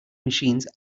machines